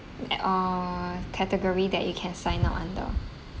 at uh category that you can sign up under